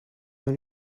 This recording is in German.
man